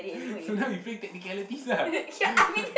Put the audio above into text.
so now you playing technicalities lah